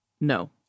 No